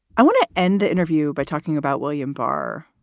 i want to end the interview by talking about william barr,